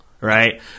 Right